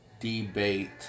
debate